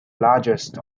largest